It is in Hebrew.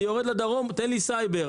אני יורד לדרום: תן לי סייבר.